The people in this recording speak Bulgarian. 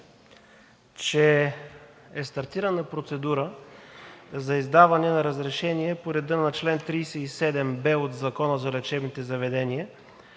че е стартирана процедура за издаване на разрешение по реда на чл. 37б от Закона за лечебните заведения